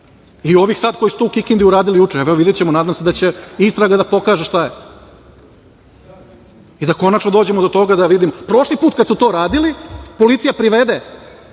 i ovih sada koji su to u Kikindi uradili juče. Evo videćemo, nadam se da će istraga da pokaže šta je i da konačno dođemo do toga da vidimo. Prošli put kada su to radili policija privede,